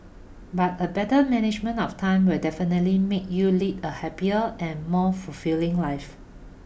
but a better management of time will definitely make you lead a happier and more fulfilling life